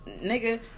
Nigga